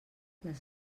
les